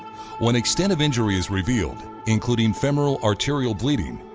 when extent of injury is revealed, including femoral arterial bleeding,